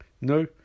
No